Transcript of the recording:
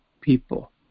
people